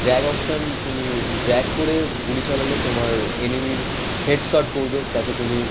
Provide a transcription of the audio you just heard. drag option তুমি drag করে গুলি চালালে তোমার এনিমির হেডশট পড়বে যাতে তুমি